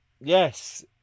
Yes